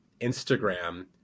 Instagram